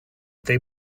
they